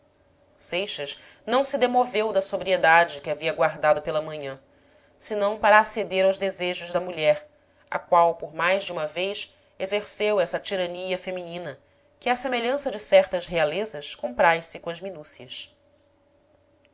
seixas não se demoveu da sobriedade que havia guardado pela manhã senão para aceder aos desejos da mulher a qual por mais de uma vez exerceu essa tirania feminina que à semelhança de certas realezas compraz se com as minúcias